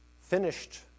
finished